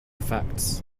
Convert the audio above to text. facts